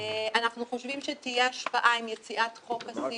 אנחנו חושבים שתהיה השפעה עם יציאת חוק הסיעוד.